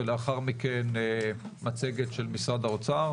ולאחר מכן מצגת של משרד האוצר,